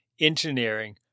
engineering